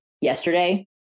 yesterday